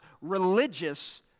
religious